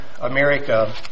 America